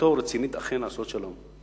שכוונתו רצינית אכן לעשות שלום,